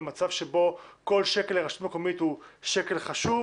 במצב שבו כל שקל לרשות מקומית הוא שקל חשוב,